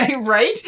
Right